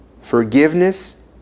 forgiveness